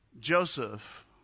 Joseph